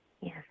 Yes